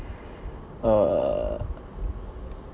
err